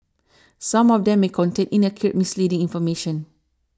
some of them may contain inaccurate misleading information